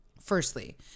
Firstly